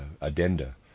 addenda